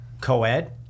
Co-ed